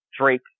Drake